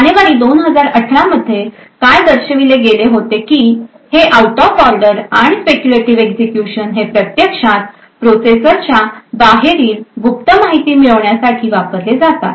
जानेवारी 2018 मध्ये काय दर्शविले गेले होते की हे आऊट ऑफ ऑर्डर आणि स्पेक्युलेटीव एक्झिक्युशन हे प्रत्यक्षात प्रोसेसरच्या बाहेरील गुप्त माहिती मिळविण्यासाठी वापरले जातात